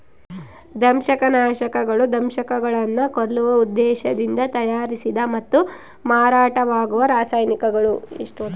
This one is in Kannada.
ದಂಶಕನಾಶಕಗಳು ದಂಶಕಗಳನ್ನು ಕೊಲ್ಲುವ ಉದ್ದೇಶದಿಂದ ತಯಾರಿಸಿದ ಮತ್ತು ಮಾರಾಟವಾಗುವ ರಾಸಾಯನಿಕಗಳು